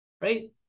right